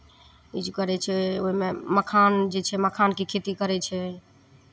use करै छै ओहिमे मखान जे छै मखानके खेती करै छै